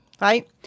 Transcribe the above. right